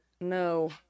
No